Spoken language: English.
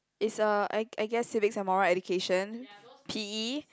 is a I I guess civics and moral education P_E